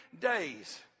days